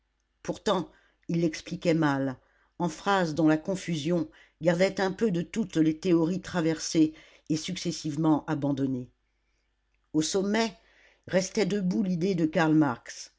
pourtant il l'expliquait mal en phrases dont la confusion gardait un peu de toutes les théories traversées et successivement abandonnées au sommet restait debout l'idée de